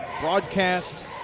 broadcast